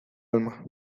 alma